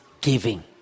Giving